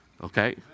Okay